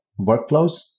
workflows